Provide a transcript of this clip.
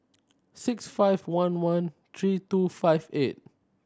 six five one one three two five eight